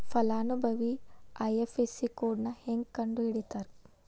ಫಲಾನುಭವಿ ಐ.ಎಫ್.ಎಸ್.ಸಿ ಕೋಡ್ನಾ ಹೆಂಗ ಕಂಡಹಿಡಿತಾರಾ